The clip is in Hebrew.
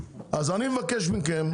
אני מבקש מכם,